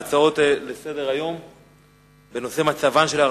אנחנו נתחיל בהצעות לסדר-היום מס' 1319,